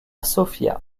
sofia